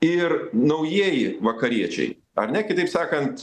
ir naujieji vakariečiai ar ne kitaip sakant